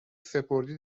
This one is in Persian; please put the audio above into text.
سپردی